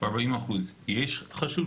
ב-40 אחוז יש חשוד.